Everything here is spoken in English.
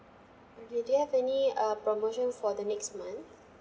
okay do you have any uh promotion for the next month